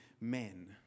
men